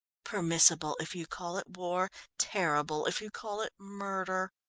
permissible if you call it war, terrible if you call it murder.